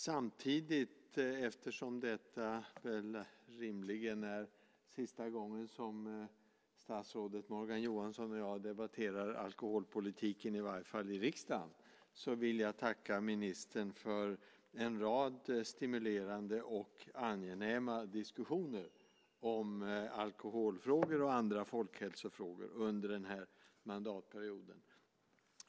Samtidigt, eftersom detta väl är sista gången som statsrådet Morgan Johansson och jag debatterar alkoholpolitiken, i varje fall i riksdagen, vill jag tacka ministern för en rad stimulerande och angenäma diskussioner om alkoholfrågor och andra folkhälsofrågor under den här mandatperioden.